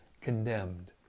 condemned